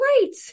great